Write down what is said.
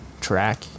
track